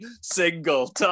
single